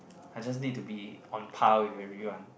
I just need to be on par with everyone